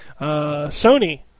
Sony